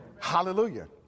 Hallelujah